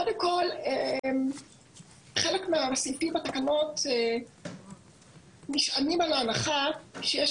קודם כל, חלק מהסעיפים בתקנות נשענים על הנחה שיש